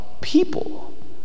people